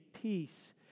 peace